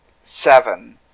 seven